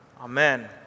Amen